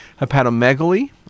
hepatomegaly